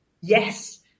yes